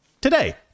today